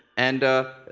and,